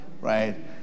Right